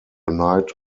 night